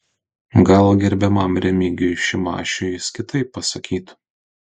gal gerbiamam remigijui šimašiui jis kitaip pasakytų